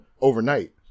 overnight